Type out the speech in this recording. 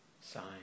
sign